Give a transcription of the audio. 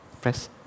press